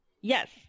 Yes